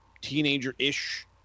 teenager-ish